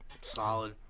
Solid